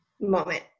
moment